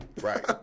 Right